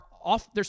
off